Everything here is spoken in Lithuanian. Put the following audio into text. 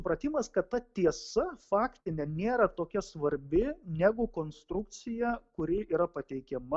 supratimas kad ta tiesa faktinė nėra tokia svarbi negu konstrukcija kuri yra pateikiama